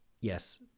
Yes